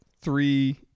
three